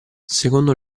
secondo